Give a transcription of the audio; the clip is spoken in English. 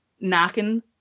knocking